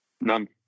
none